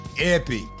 epic